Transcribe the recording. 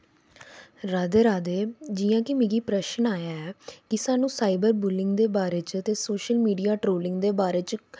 राधे राधे जि'यां कि मिगी प्रश्न आया ऐ कि सानूं साइबर बुलिंग दे बारे च ते सोशल मीडिया ट्रोलिंग दे बारे च